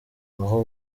naho